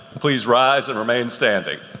please rise and remain standing.